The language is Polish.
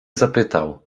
zapytał